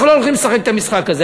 אנחנו לא הולכים לשחק את המשחק הזה,